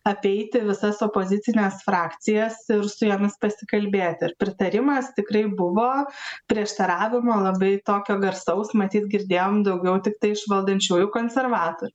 apeiti visas opozicines frakcijas ir su jomis pasikalbėti ir pritarimas tikrai buvo prieštaravimo labai tokio garsaus matyt girdėjome daugiau tiktai iš valdančiųjų konservatorių